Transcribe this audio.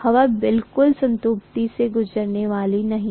हवा बिल्कुल संतृप्ति से गुजरने वाली नहीं है